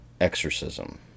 exorcism